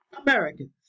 Americans